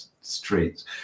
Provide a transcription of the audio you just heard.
streets